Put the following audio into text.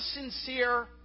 sincere